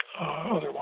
otherwise